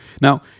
now